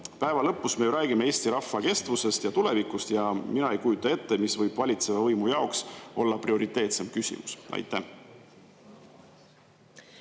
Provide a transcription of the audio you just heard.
Päeva lõpuks me räägime ju Eesti rahva kestvusest ja tulevikust ja mina ei kujuta ette, mis võib valitseva võimu jaoks olla prioriteetsem küsimus. Aitäh!